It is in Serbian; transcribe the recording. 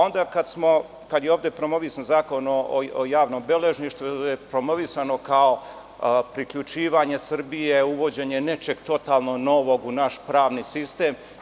Onda kada je ovde promovisan Zakon o javnom beležništvu, promovisan je kao priključivanje Srbije, odnosno uvođenje nečeg totalno novog u naš pravni sistem.